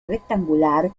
rectangular